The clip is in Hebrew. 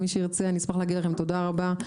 מי שירצה, אני אשמח להגיד לכם תודה רבה.